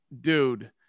dude